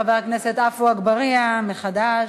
חבר הכנסת עפו אגבאריה מחד"ש.